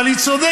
אבל היא צודקת.